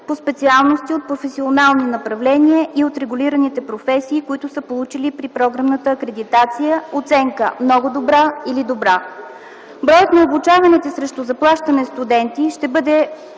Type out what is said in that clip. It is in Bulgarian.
по специалности от професионални направления и от регулираните професии, които са получили при програмната акредитация оценка „много добра” или „добра”. Броят на обучаваните срещу заплащане студенти ще бъде